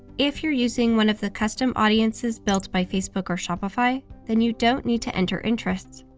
if you're using one of the custom audiences built by facebook or shopify, then you don't need to enter interests.